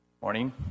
morning